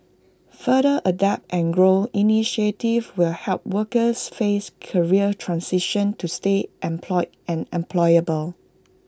further adapt and grow initiatives will help workers face career transitions to stay employed and employable